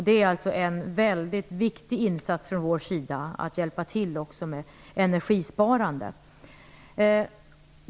Det är en viktig insats från vår sida att hjälpa till också med energisparande.